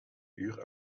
uur